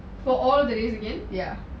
for all days again